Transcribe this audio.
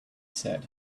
said